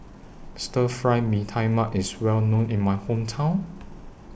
Stir Fry Mee Tai Mak IS Well known in My Hometown